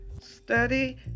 study